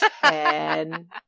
Ten